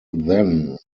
then